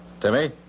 Timmy